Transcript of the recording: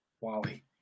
Wally